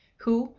who,